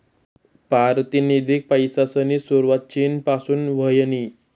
पारतिनिधिक पैसासनी सुरवात चीन पासून व्हयनी